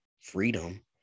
freedom